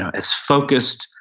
ah as focused.